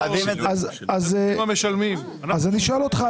אז אני שואל אותך,